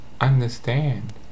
understand